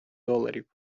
доларів